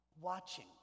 Watching